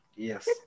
Yes